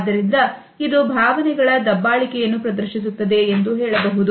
ಆದ್ದರಿಂದ ಇದು ಭಾವನೆಗಳ ದಬ್ಬಾಳಿಕೆಯನ್ನು ಪ್ರದರ್ಶಿಸುತ್ತದೆ ಎಂದು ಹೇಳಬಹುದು